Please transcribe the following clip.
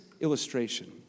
illustration